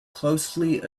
closely